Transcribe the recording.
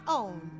own